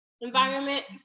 environment